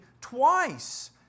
twice